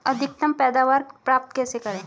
अधिकतम पैदावार प्राप्त कैसे करें?